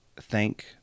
thank